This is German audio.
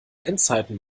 endzeiten